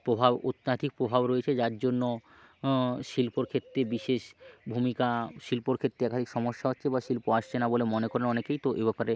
প্রভাব অত্যাধিক প্রভাব রয়েছে যার জন্য শিল্পর ক্ষেত্রে বিশেষ ভূমিকা শিল্পর ক্ষেত্রে একাধিক সমস্যা হচ্ছে বা শিল্প আসছে না বলে মনে করেন অনেকেই তো এ ব্যাপারে